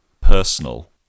personal